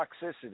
toxicity